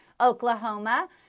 Oklahoma